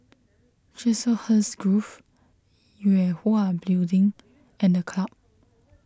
Chiselhurst Grove Yue Hwa Building and the Club